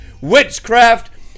witchcraft